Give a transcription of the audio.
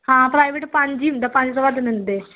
ਹਾਂ ਪ੍ਰਾਈਵੇਟ ਪੰਜ ਹੀ ਹੁੰਦਾ ਪੰਜ ਤੋਂ ਵੱਧ ਲੈਂਦੇ